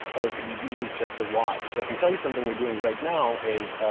or could you do us just a watch, so i can tell you something we're doing right now is,